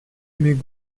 mais